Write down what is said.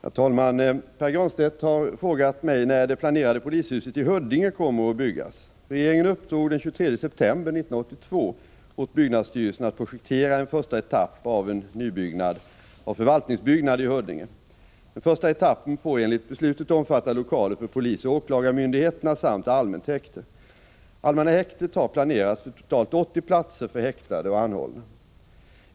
Herr talman! Pär Granstedt har frågat mig när det planerade polishuset i Huddinge kommer att byggas. Regeringen uppdrog den 23 september 1982 åt byggnadsstyrelsen att projektera en första etapp av en nybyggnad av förvaltningsbyggnad i Huddinge. Den första etappen får enligt beslutet omfatta lokaler för polisoch åklagarmyndigheterna samt allmänt häkte. Allmänna häktet har planerats för totalt 80 platser för häktade och anhållna.